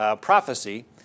prophecy